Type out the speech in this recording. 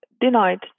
denied